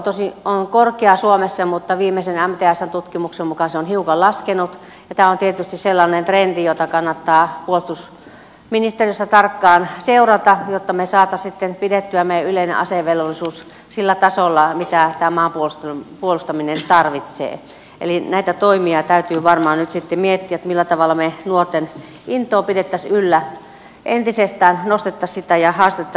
maanpuolustustahto on korkea suomessa mutta viimeisen mtsn tutkimuksen mukaan se on hiukan laskenut ja tämä on tietysti sellainen trendi jota kannattaa puolustusministeriössä tarkkaan seurata jotta me saisimme pidettyä meidän yleisen asevelvollisuutemme sillä tasolla mitä tämän maan puolustaminen tarvitsee eli näitä toimia täytyy varmaan nyt sitten miettiä millä tavalla me nuorten intoa pitäisimme yllä nostaisimme sitä entisestään ja haastaisimme nuoria suorittamaan asevelvollisuuden